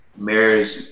marriage